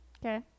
Okay